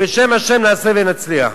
בשם השם נעשה ונצליח.